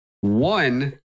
One